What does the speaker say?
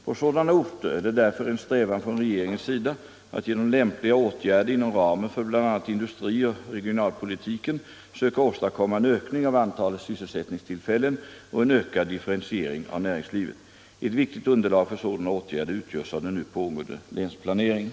På sådana orter är det därför en strävan från regeringens sida att genom lämpliga åtgärder inom ramen för bl.a. industrioch regionalpolitiken söka åstadkomma en ökning av antalet sysselsättningstillfällen och en ökad differentiering av närignslivet. Ett viktigt underlag för sådana åtgärder utgörs av den nu pågående länsplaneringen.